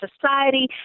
society